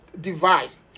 device